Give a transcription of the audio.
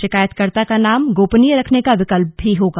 शिकायतकर्ता का नाम गोपनीय रखने का विकल्प भी होगा